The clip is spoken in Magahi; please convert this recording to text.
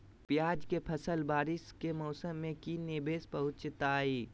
प्याज के फसल बारिस के मौसम में की निवेस पहुचैताई?